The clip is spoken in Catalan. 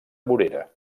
vorera